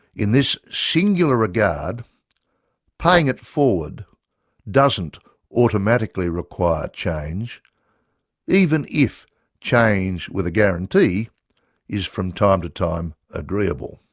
in this singular regard paying it forward doesn't automatically require change even if change with a guarantee is from time to time agreeable